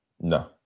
No